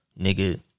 Nigga